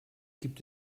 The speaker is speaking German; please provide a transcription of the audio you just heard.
gibt